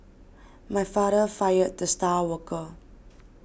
my father fired the star worker